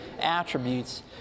attributes